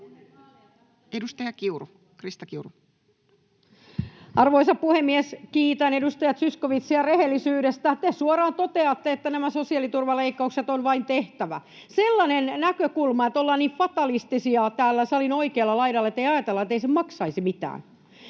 Content: Arvoisa puhemies! Kiitän edustaja Zyskowiczia rehellisyydestä. Te suoraan toteatte, että nämä sosiaaliturvaleikkaukset on vain tehtävä. Sellainen näkökulma, että ollaan niin fatalistisia täällä salin oikealla laidalla, että ei ajatella, että se maksaisi mitään,